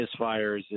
misfires